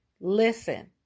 Listen